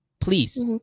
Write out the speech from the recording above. please